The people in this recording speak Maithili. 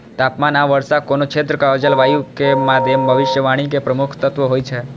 तापमान आ वर्षा कोनो क्षेत्रक जलवायु के मादे भविष्यवाणी के प्रमुख तत्व होइ छै